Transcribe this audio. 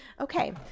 Okay